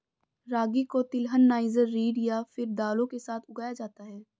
रागी को तिलहन, niger seed या फिर दालों के साथ उगाया जाता है